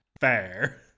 Fair